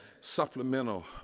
supplemental